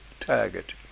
target